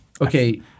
Okay